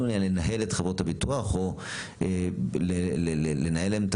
עניין לנהל את חברות הביטוח או לנהל להם את